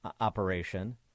operation